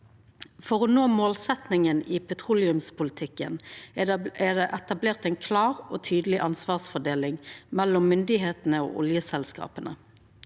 For å nå målsetjinga i petroleumspolitikken er det etablert ei klar og tydeleg ansvarsfordeling mellom myndigheitene og oljeselskapa.